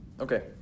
Okay